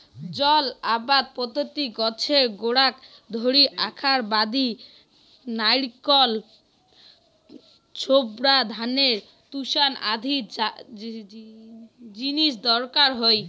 জল আবাদ পদ্ধতিত গছের গোড়াক ধরি রাখার বাদি নারিকল ছোবড়া, ধানের তুষ আদি জিনিস দরকার হই